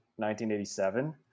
1987